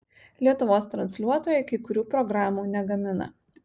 lietuvos transliuotojai kai kurių programų negamina